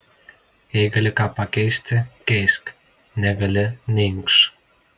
jei gali ką pakeisti keisk negali neinkšk